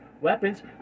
weapons